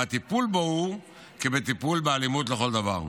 והטיפול בו הוא כטיפול באלימות לכל דבר.